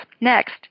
Next